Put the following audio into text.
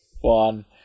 one